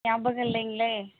ஞாபகம் இல்லைங்களே